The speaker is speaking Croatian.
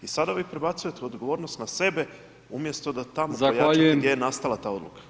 I sada vi prebacujete odgovornost na sebe umjesto da tamo [[Upadica: Zahvaljujem.]] pojačate gdje je nastala ta odluka.